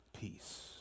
peace